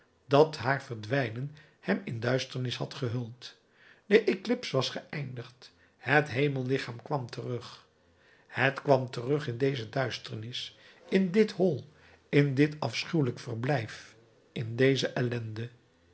dat bij haar verdwijnen hem in duisternis had gehuld de eclips was geëindigd het hemellichaam kwam terug het kwam terug in deze duisternis in dit hol in dit afschuwelijk verblijf in deze ellende